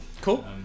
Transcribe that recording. Cool